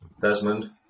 Desmond